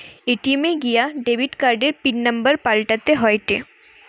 ATM এ গিয়া debit কার্ডের পিন নম্বর পাল্টাতে হয়েটে